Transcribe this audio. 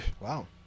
Wow